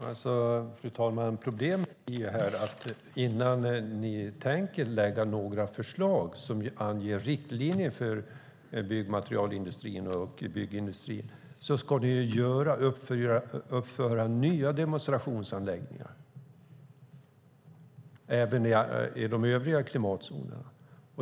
Fru talman! Problemet i det här är att ni, Lars Tysklind, innan ni tänker lägga fram några förslag som anger riktlinjer för byggmaterialindustrin och byggindustrin, ska uppföra nya demonstrationsanläggningar, även i de övriga klimatzonerna.